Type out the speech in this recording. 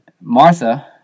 Martha